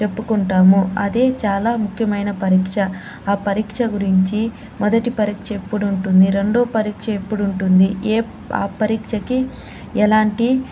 చెప్పకుంటాము అదే చాలా ముఖ్యమైన పరీక్ష ఆ పరీక్ష గురించి మొదటి పరీక్ష ఎప్పుడు ఉంటుంది రెండో పరీక్ష ఎప్పుడు ఉంటుంది ఏ ఆ పరీక్షకి ఎలాంటి